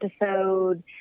episode